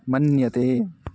मन्यते